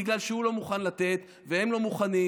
בגלל שהוא לא מוכן לתת והם לא מוכנים.